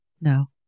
No